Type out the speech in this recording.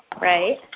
Right